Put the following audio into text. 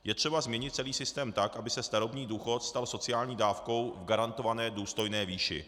Je třeba změnit celý systém tak, aby se starobní důchod stal sociální dávkou v garantované důstojné výši.